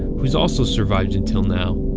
who's also survived until now.